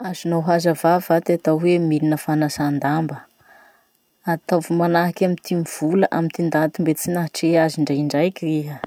Azonao hazavà va ty atao hoe milina fanasan-damba? Ataovy manahaky amy ty mivola amy ty ndaty mbo tsy nahatrea ndre indraiky iha.